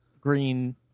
green